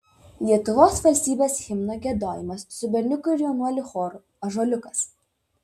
lietuvos valstybės himno giedojimas su berniukų ir jaunuolių choru ąžuoliukas